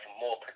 more